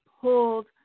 pulled